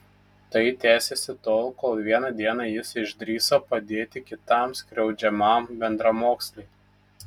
tai tęsėsi tol kol vieną dieną jis išdrįso padėti kitam skriaudžiamam bendramoksliui